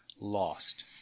lost